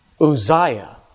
Uzziah